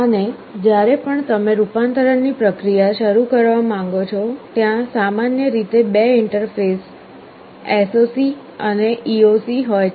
અને જ્યારે પણ તમે રૂપાંતરની પ્રક્રિયા શરૂ કરવા માંગો છો ત્યાં સામાન્ય રીતે બે ઇન્ટરફેસો SOC અને EOC હોય છે